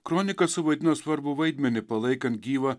kronika suvaidino svarbų vaidmenį palaikant gyvą